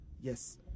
yes